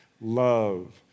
love